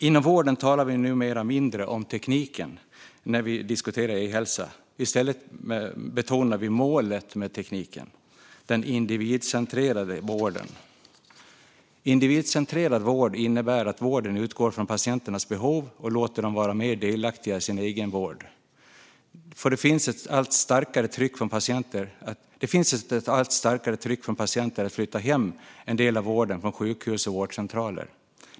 Inom vården talar vi numera mindre om tekniken när vi diskuterar e-hälsa. I stället betonar vi målet med tekniken, den individcentrerade vården. Individcentrerad vård innebär att vården utgår från patienternas behov och låter dem vara mer delaktiga i sin egen vård. Det finns ett allt starkare tryck från patienter att flytta hem en del av vården från sjukhus och vårdcentraler.